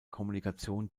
kommunikation